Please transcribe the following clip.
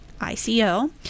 ICO